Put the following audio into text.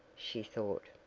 she thought.